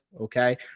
Okay